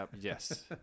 Yes